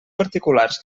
particulars